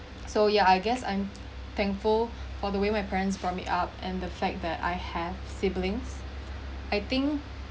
so yeah I guess I'm thankful for the way my parents brought me up and the fact that I have siblings